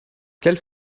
quelle